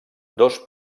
dos